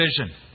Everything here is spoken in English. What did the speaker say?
vision